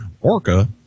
Orca